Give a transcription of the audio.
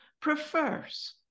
prefers